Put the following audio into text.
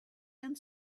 and